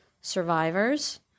survivors